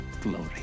glory